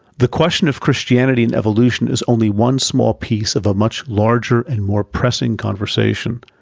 the question of christianity and evolution is only one small piece of a much larger and more pressing conversation.